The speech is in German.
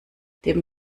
dem